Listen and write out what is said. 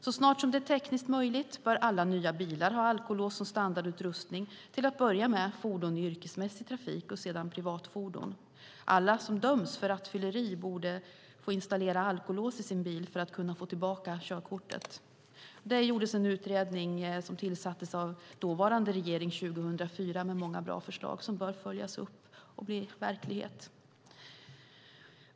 Så snart som det är tekniskt möjligt bör alla nya bilar ha alkolås som standardutrustning, till att börja med fordon i yrkesmässig trafik och sedan privatfordon. Alla som döms för rattfylleri borde få installera alkolås i sin bil för att kunna få tillbaka körkortet. Det gjordes en utredning som tillsattes av dåvarande regering 2004 med många bra förslag som bör följas upp och bli verklighet.